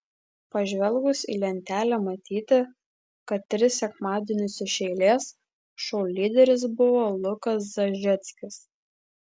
pažvelgus į lentelę matyti kad tris sekmadienius iš eilės šou lyderis buvo lukas zažeckis